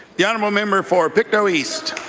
the honourable member for pictou east.